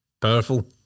Powerful